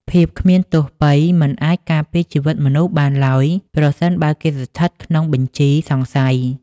ភាពគ្មានទោសពៃរ៍មិនអាចការពារជីវិតមនុស្សបានឡើយ ប្រសិនបើគេស្ថិតក្នុងបញ្ជីសង្ស័យ។